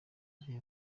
hari